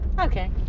okay